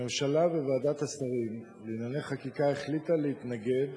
הממשלה וועדת השרים לענייני חקיקה החליטו להתנגד